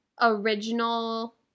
original